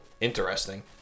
interesting